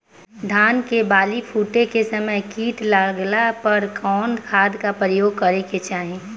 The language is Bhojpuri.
धान के बाली फूटे के समय कीट लागला पर कउन खाद क प्रयोग करे के चाही?